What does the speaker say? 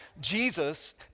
Jesus